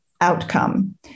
outcome